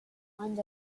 find